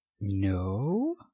No